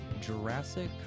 jurassic